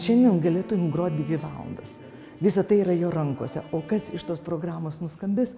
šiandien galėtum grot dvi valandas visa tai yra jo rankose o kas iš tos programos nuskambės